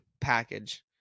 package